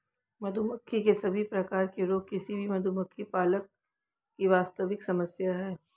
मधुमक्खी के सभी प्रकार के रोग किसी भी मधुमक्खी पालक की वास्तविक समस्या है